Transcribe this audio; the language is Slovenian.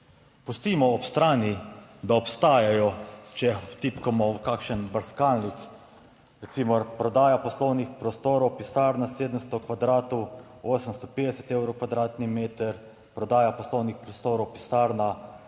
Pustimo ob strani, da obstajajo, če vtipkamo v kakšen brskalnik. Recimo prodaja poslovnih prostorov, pisarna 700 kvadratov, 850 evrov kvadratni meter, prodaja poslovnih prostorov pisarna